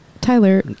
Tyler